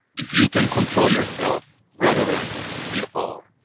if you can control yourself rather than be a follower.